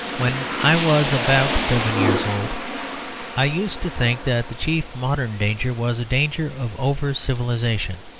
when i was about seven years old i used to think that the chief modern danger was a danger of over-civilisation.